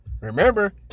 Remember